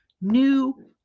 new